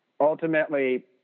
ultimately